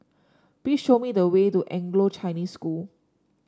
please show me the way to Anglo Chinese School